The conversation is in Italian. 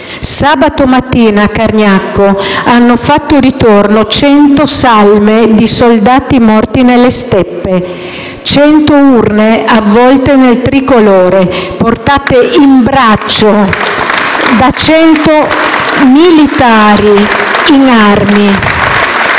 Sabato mattina a Cargnacco hanno fatto ritorno 100 salme di soldati morti nelle steppe, 100 urne avvolte nel Tricolore, portate in braccio da 100 militari in armi.